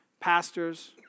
pastors